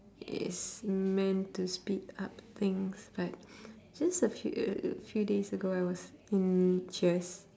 is meant to speed up things but since the few few days ago I was in cheers